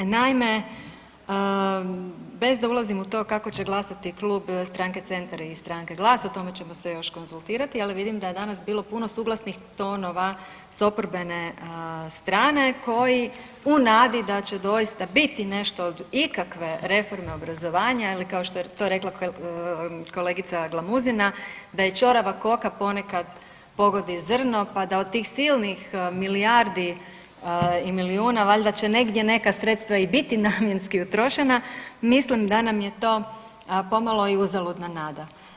Naime, bez da ulazim u to kako će glasati klub stranke Centar i stranke GLAS o tome ćemo se još konzultirati, ali vidim da je danas bilo puno suglasnih tonova s oporbene strane koji u nadi da će doista biti nešto od ikakve reforme obrazovanja ili kao što je to rekla kolegica Glamuzina da i ćorava koka ponekad pogodi zrno pa da od tih silnih milijardi i milijuna valjda će negdje neka sredstva i biti namjenski utrošena, mislim da nam je to pomalo i uzaludna nada.